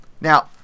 Now